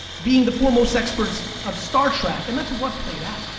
being the foremost experts of star trek, and that's what played out.